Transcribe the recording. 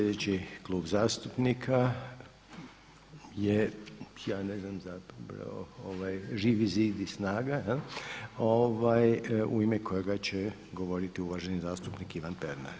Sljedeći klub zastupnika je ja ne znam zapravo Živi zid i SNAGA u ime kojega će govoriti uvaženi zastupi Ivan Pernar.